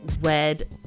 wed